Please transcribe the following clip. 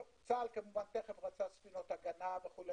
צה"ל כמובן תכף רצה ספינות הגנה וכו'.